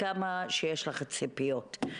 למה יש הפרש כל כך גדול בין מה שהובטח אפילו